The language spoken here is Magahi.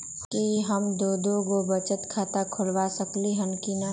कि हम दो दो गो बचत खाता खोलबा सकली ह की न?